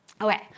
Okay